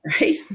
right